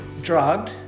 drugged